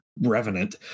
revenant